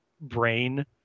brain